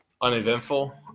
uneventful